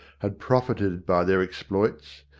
had profited by their exploits,